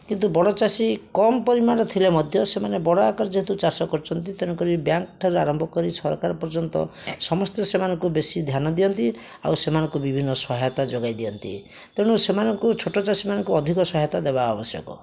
କିନ୍ତୁ ବଡ଼ଚାଷୀ କମ୍ ପରିମାଣରେ ଥିଲେ ମଧ୍ୟ ସେମାନେ ବଡ଼ ଆକାରରେ ଯେହେତୁ ଚାଷ କରୁଛନ୍ତି ତେଣୁକରି ବ୍ୟାଙ୍କଠାରୁ ଆରମ୍ଭକରି ସରକାର ପର୍ଯ୍ୟନ୍ତ ସମସ୍ତେ ସେମାନଙ୍କୁ ବେଶୀ ଧ୍ୟାନ ଦିଅନ୍ତି ଆଉ ସେମାନଙ୍କୁ ବିଭିନ୍ନ ସହାୟତା ଯୋଗାଇ ଦିଅନ୍ତି ତେଣୁ ସେମାନଙ୍କୁ ଛୋଟ ଚାଷୀ ମାନଙ୍କୁ ଅଧିକ ସହାୟତା ଦେବା ଆବଶ୍ୟକ